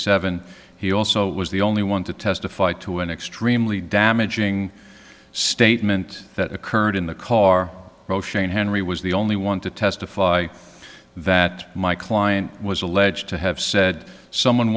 seven he also was the only one to testify to an extremely damaging statement that occurred in the car and henry was the only one to testify that my client was alleged to have said someone